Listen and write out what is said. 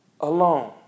alone